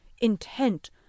intent